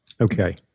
Okay